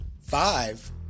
five